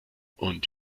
und